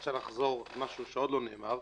רוצה לחזור על משהו שעוד לא נאמר.